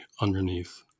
underneath